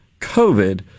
COVID